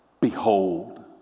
behold